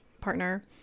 partner